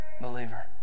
believer